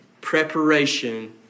preparation